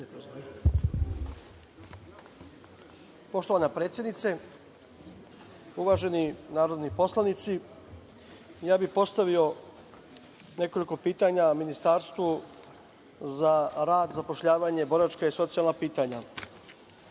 Poštovana predsednice, uvaženi narodni poslanici, postavio bih nekoliko pitanja Ministarstvu za rad, zapošljavanje, boračka i socijalna pitanja.